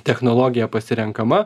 technologija pasirenkama